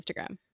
Instagram